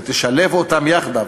ותשלב אותם יחדיו